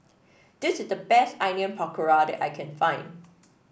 this is the best Onion Pakora that I can find